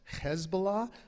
Hezbollah